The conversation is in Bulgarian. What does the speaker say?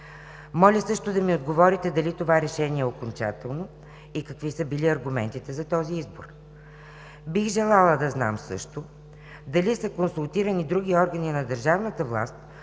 Моля също да ми отговорите дали това решение е окончателно и какви са били аргументите за този избор? Бих желала да знам също дали са консултирани други органи на държавната власт,